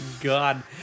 God